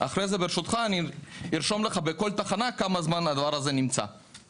ברשותך ארשום לך כמה זמן הדבר הזה נמצא בכל תחנה.